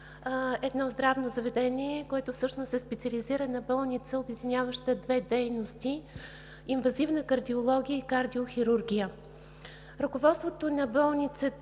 едно здравно заведение, което всъщност е специализирана болница, обединяваща две дейности: инвазивна кардиология и кардиохирургия. Ръководството на болницата